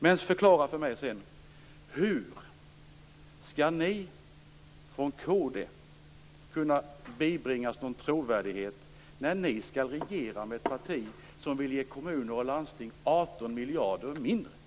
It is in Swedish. Men förklara sedan för mig hur ni från kd skall kunna bibringas någon trovärdighet när ni är beredda att regera med ett parti som vill ge kommuner och landsting 18 miljarder mindre.